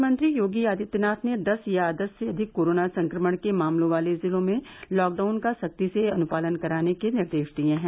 मुख्यमंत्री योगी आदित्यनाथ ने दस या दस से अधिक कोरोना संक्रमण के मामलों वाले जिलों में लॉकडाउन का सख्ती से अनुपालन कराने के निर्देश दिए हैं